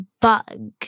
bug